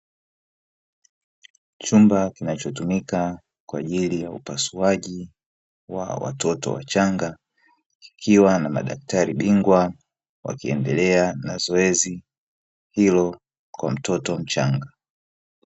Chumba kinachotumika kwa ajili ya upasuaji wa watoto wachanga, kikiwa na madaktari bingwa wakiendelea na zoezi hilo kwa mtoto mchanga.